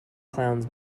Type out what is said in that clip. clowns